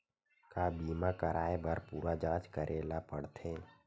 का बीमा कराए बर पूरा जांच करेला पड़थे?